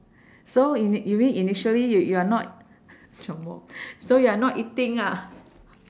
so in~ you mean initially you you are not 什么 so you are not eating ah